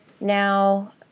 now